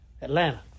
Atlanta